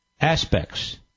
aspects